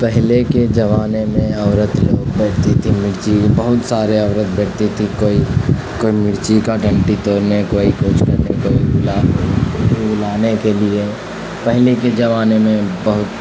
پہلے کے زمانے میں عورت لوگ بیٹھتی تھیں مرچی بہت سارے عورت بیٹھتی تھیں کوئی کوئی مرچی کا ڈنڈی توڑنے کوئی کچھ کرنے کوئی کوئی کے لیے پہلے کے زمانے میں بہت